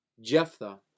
Jephthah